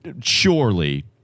surely